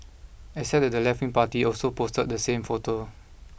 except that the leftwing party also posted the same photo